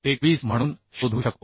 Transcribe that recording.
21 म्हणून शोधू शकतो